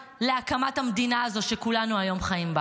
להקמת המדינה הזו שכולנו היום חיים בה.